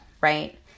right